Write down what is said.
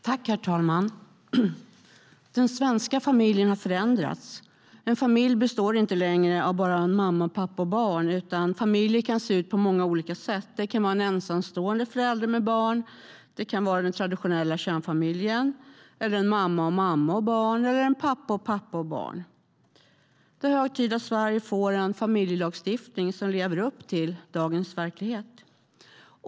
Herr talman! Den svenska familjen har förändrats. En familj består inte längre av bara en mamma, en pappa och barn, utan familjer kan se ut på många olika sätt. Det kan vara en ensamstående förälder med barn, den traditionella kärnfamiljen, en mamma och en mamma och barn eller en pappa och en pappa och barn. Det är hög tid att Sverige får en familjelagstiftning som lever upp till dagens verklighet.